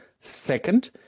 second